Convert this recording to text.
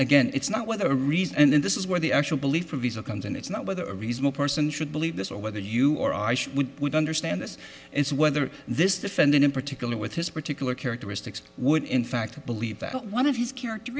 again it's not whether a reason and this is where the actual belief or visa comes in it's not whether a reasonable person should believe this or whether you or i should we would understand this is whether this defendant in particular with his particular characteristics would in fact believe that one of his character